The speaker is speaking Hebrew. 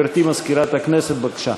גברתי מזכירת הכנסת, בבקשה.